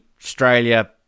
australia